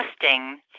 testing